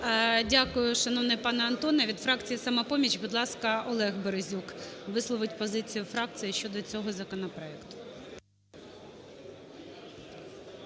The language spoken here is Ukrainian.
Дякую, шановний пане Антоне. Від фракції "Самопоміч" будь ласка, Олег Березюк висловить позицію фракції щодо цього законопроекту.